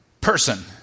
person